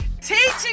Teaching